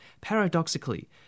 Paradoxically